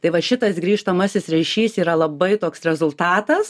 tai va šitas grįžtamasis ryšys yra labai toks rezultatas